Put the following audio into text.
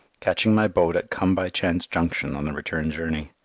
catching my boat at come-by-chance junction on the return journey.